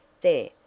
There